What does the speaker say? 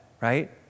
right